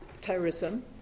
terrorism